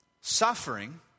suffering